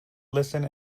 listen